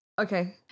Okay